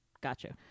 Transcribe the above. gotcha